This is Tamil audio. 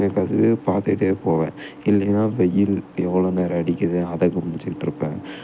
எனக்கு அதுவே பார்த்துக்கிட்டே போவேன் இல்லைன்னா வெயில் எவ்வளோ நேரம் அடிக்குது அதை கவனிச்சிக்கிட்டிருப்பேன்